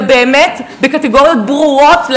אלא באמת בקטגוריות ברורות,